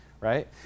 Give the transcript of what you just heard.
right